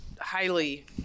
highly